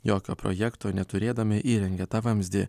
jokio projekto neturėdami įrengė tą vamzdį